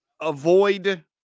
avoid